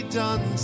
done